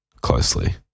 closely